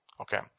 Okay